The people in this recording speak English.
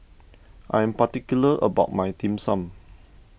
I am particular about my Dim Sum